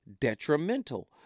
detrimental